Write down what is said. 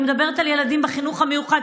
אני מדברת על ילדים בחינוך המיוחד